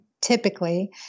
typically